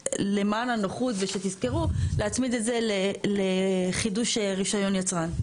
יהיה למען הנוחות ושתזכרו להצמיד את זה לחידוש רישיון יצרן.